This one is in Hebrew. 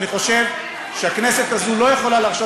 אני חושב שהכנסת הזאת לא יכולה להרשות